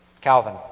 Calvin